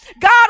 God